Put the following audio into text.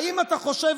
האם אתה חושב,